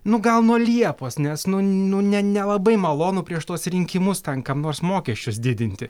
nu gal nuo liepos nes nu nu ne nelabai malonu prieš tuos rinkimus ten kam nors mokesčius didinti